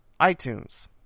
iTunes